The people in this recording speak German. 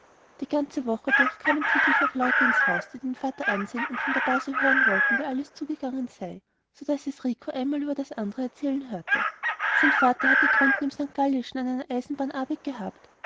die ganze woche durch kamen täglich noch leute ins haus die den vater ansehen und von der base hören wollten wie alles zugegangen sei so daß es rico ein mal über das andere erzählen hörte sein vater hatte drunten im st gallischen an einer eisenbahn arbeit gehabt